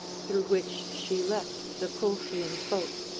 through which she left the colchian folk.